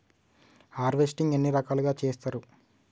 Harvesting ఎన్ని రకాలుగా చేస్తరు?